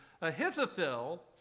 Ahithophel